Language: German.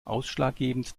ausschlaggebend